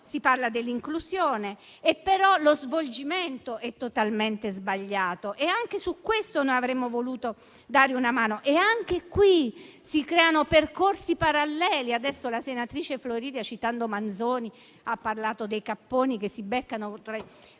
si parla dell'inclusione, però lo svolgimento è totalmente sbagliato. Anche su questo noi avremmo voluto dare una mano e anche su questo si creano percorsi paralleli. La senatrice Barbara Floridia, citando Manzoni, ha parlato dei capponi che si beccano.